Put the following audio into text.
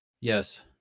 Yes